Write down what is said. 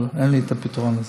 אבל אין לי את הפתרון הזה.